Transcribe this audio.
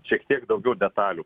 šiek tiek daugiau detalių